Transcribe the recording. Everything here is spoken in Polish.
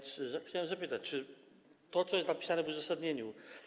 Chciałem zapytać o to, co jest napisane w uzasadnieniu.